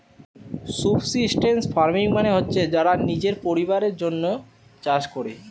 subsistence farming মানে হচ্ছে যারা নিজের পরিবারের জন্যে চাষ কোরে